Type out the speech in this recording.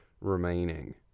remaining